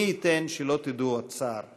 מי ייתן ולא תדעו עוד צער.